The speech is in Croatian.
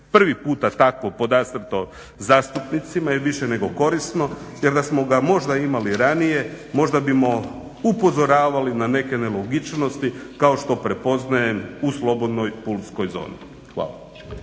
prvi puta takvo podastrto zastupnicima je više nego korisno jer da smo ga možda imali ranije možda bismo upozoravali na neke nelogičnosti kao što prepoznajem u slobodnoj pulskoj zoni. Hvala.